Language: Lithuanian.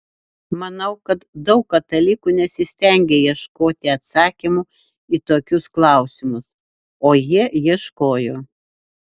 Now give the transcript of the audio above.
manau kad daug katalikų nesistengia ieškoti atsakymų į tokius klausimus o jie ieškojo